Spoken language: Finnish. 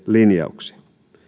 linjauksia